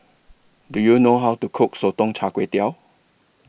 Do YOU know How to Cook Sotong Char Kway